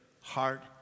heart